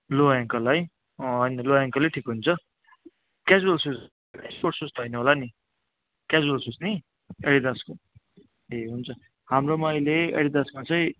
लो ankle है होइन low एङ्कलै ठिक हुन्छ क्याजुअल सुस स्पोर्ट्स सुस त होइन होला नि क्याजुअल सुस नि एडिडासको ए हुन्छ हाम्रोमा अहिले एडिडासमा चाहिँ